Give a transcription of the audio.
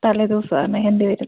തലേ ദിവസം മെഹന്തി വരും